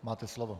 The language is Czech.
Máte slovo.